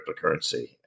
cryptocurrency